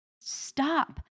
stop